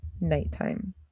nighttime